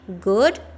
good